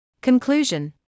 Conclusion